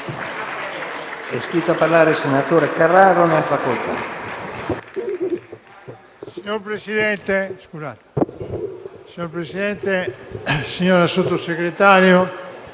Signora Presidente, signora Sottosegretario,